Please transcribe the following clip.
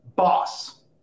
boss